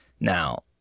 Now